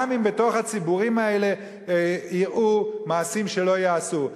גם אם בתוך הציבורים האלה יראו מעשים שלא ייעשו.